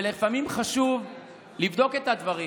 ולפעמים חשוב לבדוק את הדברים